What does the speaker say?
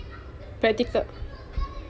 practical